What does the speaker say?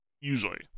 usually